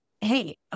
hey